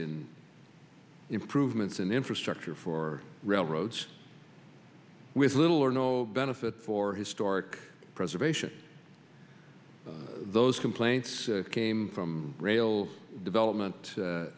in improvements in infrastructure for railroads with little or no benefit for historic preservation those complaints came from rail development